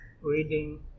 reading